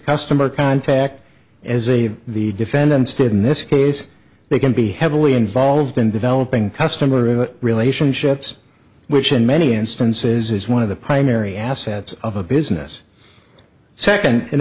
customer contact as a the defendants did in this case they can be heavily involved in developing customer in relationships which in many instances is one of the primary assets of a business second an